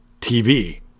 TV